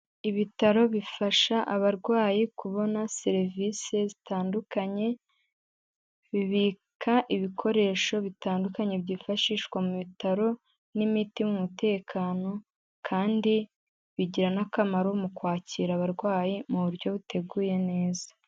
Ibitaro bifasha abarwayi kubona serivisi zitandukanye, bibika ibikoresho bitandukanye byifashishwa mu bitaro n'imiti mu mutekano kandi bigira n'akamaro mu kwakira abarwayi mu buryo buteguye neza.